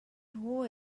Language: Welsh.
nhw